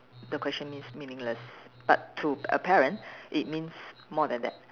the question means meaningless but to a parent it means more than that